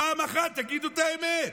פעם אחת תגידו את האמת.